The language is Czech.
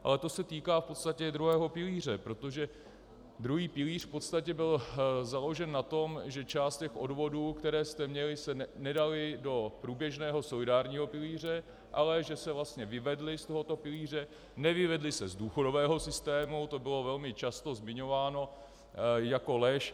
Ale to se týká v podstatě i druhého pilíře, protože druhý pilíř v podstatě byl založen na tom, že část těch odvodů, které jste měli, se nedaly do průběžného solidárního pilíře, ale že se vlastně vyvedly z tohoto pilíře, nevyvedly se z důchodového systému, to bylo velmi často zmiňováno jako lež.